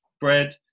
bread